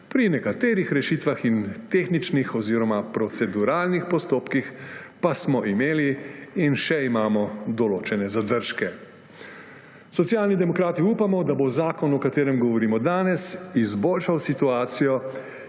pri nekaterih rešitvah in tehničnih oziroma proceduralnih postopkih pa smo imeli in še imamo določene zadržke. Socialni demokrati upamo, da bo zakon, o katerem govorimo danes, izboljšal situacijo